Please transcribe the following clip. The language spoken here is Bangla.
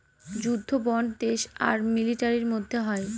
যুদ্ধ বন্ড দেশ আর মিলিটারির মধ্যে হয়